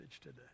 today